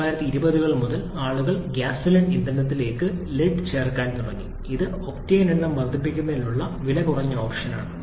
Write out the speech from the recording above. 1920 കൾ മുതൽ ആളുകൾ ഗ്യാസോലിൻ ഇന്ധനത്തിലേക്ക് ലീഡ് ചേർക്കാൻ തുടങ്ങി ഇത് ഒക്ടേൻ എണ്ണം വർദ്ധിപ്പിക്കുന്നതിനുള്ള വിലകുറഞ്ഞ ഓപ്ഷനാണ്